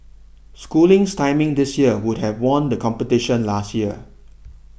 schooling's timing this year would have won the competition last year